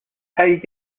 hey